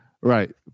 Right